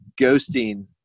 ghosting